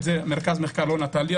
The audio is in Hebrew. את זה מרכז המחקר לא נתן לי.